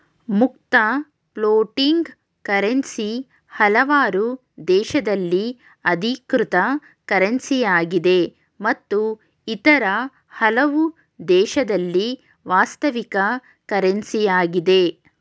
ಮುಕ್ತ floating currency ಹಲವಾರು ದೇಶದಲ್ಲಿ ಅಧಿಕೃತ ಕರೆನ್ಸಿಯಾಗಿದೆ ಮತ್ತು ಇತರ ಹಲವು ದೇಶದಲ್ಲಿ ವಾಸ್ತವಿಕ ಕರೆನ್ಸಿ ಯಾಗಿದೆ